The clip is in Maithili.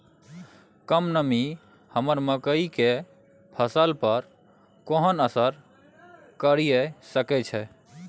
कम नमी हमर मकई के फसल पर केहन असर करिये सकै छै?